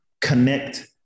connect